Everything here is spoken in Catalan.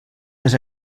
les